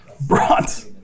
Bronze